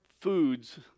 foods